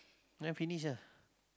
then finish ah